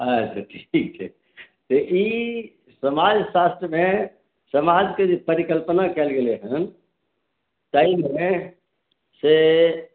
अच्छा ठीक छै तऽ ई समाज शास्त्रमे समाजके जे परिकल्पना कयल गेलै हेँ ताहिमे से